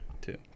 two